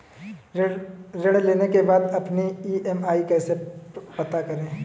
ऋण लेने के बाद अपनी ई.एम.आई कैसे पता करें?